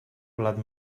blat